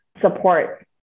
support